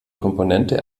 komponente